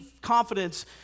confidence